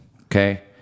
okay